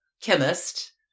chemist